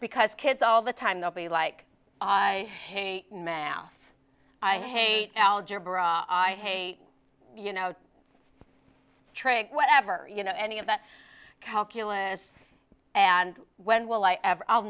because kids all the time they'll be like i hate math i hate algebra i hate you know trade whatever you know any of that calculus and when will i